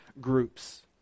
groups